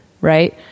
right